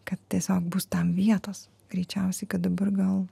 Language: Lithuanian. kad tiesiog bus tam vietos greičiausiai kad dabar gal